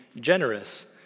generous